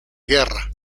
guerra